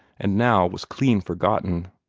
and now was clean forgotten.